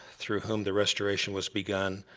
through whom the restoration was begun,